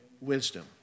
wisdom